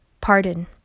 pardon